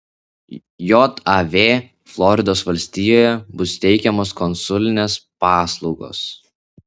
jav floridos valstijoje bus teikiamos konsulinės paslaugos